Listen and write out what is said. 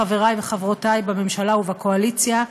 חברי וחברותי בממשלה ובקואליציה,